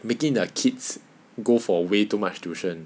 making their kids go for way too much tuition